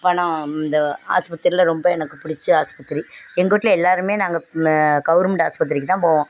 பணம் இந்த ஆஸ்பத்திரியில் ரொம்ப எனக்கு பிடிச்ச ஆஸ்பத்திரி எங்க வீட்டி எல்லோருமே நாங்கள் கவர்மெண்ட்டு ஆஸ்பத்திரிக்கு தான் போவோம்